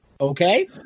Okay